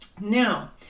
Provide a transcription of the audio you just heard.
Now